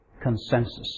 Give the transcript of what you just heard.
consensus